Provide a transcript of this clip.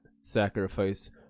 sacrifice